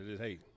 hey